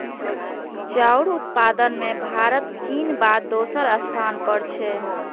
चाउर उत्पादन मे भारत चीनक बाद दोसर स्थान पर छै